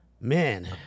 man